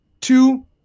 Two